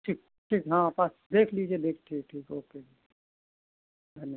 ठइक ठिक हाँ बस देख लीजिए देख ठीक ठीक ओके धन्य